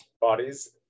bodies